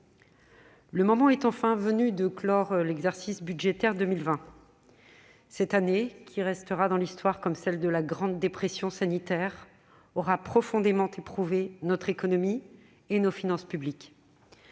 le moment est enfin venu de clore l'exercice budgétaire 2020. Cette année, qui restera dans l'histoire comme celle de la grande dépression sanitaire, aura profondément éprouvé notre économie et nos finances publiques.